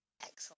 excellent